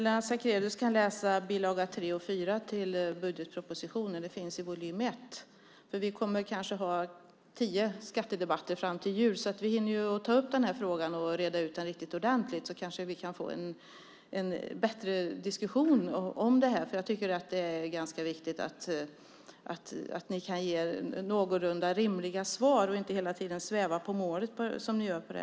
Fru talman! Lennart Sacrédeus kan läsa budgetpropositionens bilagor 3 och 4 i del 1. Vi kommer kanske att ha tio skattedebatter fram till jul, så vi hinner ta upp frågan och reda ut den riktigt ordentligt. Därmed kan vi kanske få en bättre diskussion om det här. Jag tycker att det är ganska viktigt att ni kan ge någorlunda rimliga svar och inte hela tiden svävar på målet som ni här gör.